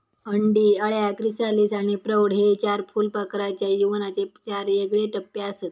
अंडी, अळ्या, क्रिसालिस आणि प्रौढ हे चार फुलपाखराच्या जीवनाचे चार येगळे टप्पेआसत